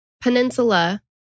peninsula